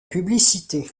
publicité